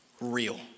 real